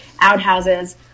outhouses